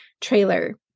trailer